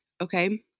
Okay